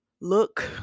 look